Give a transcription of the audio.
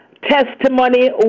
testimony